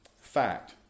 Fact